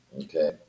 Okay